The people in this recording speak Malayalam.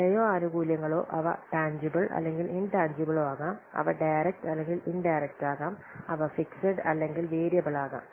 വിലയോ ആനുകൂല്യങ്ങളോ അവ ടാൻജിബിൽ അല്ലെങ്കിൽ ഇൻടാൻജിബിലോ ആകാം അവ ഡയറക്റ്റ് അല്ലെങ്കിൽ ഇൻഡയറക്റ്റ് ആകാം അവ ഫിക്സെഡ് അല്ലെങ്കിൽ വേരിയബിൾ ആകാം